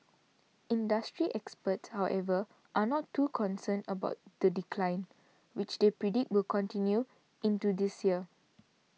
industry experts however are not too concerned about the decline which they predict will continue into this year